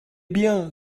bien